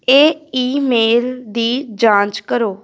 ਇਹ ਈਮੇਲ ਦੀ ਜਾਂਚ ਕਰੋ